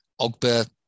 Ogba